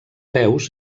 peus